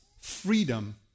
freedom